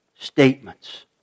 statements